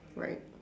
right